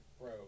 bro